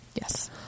yes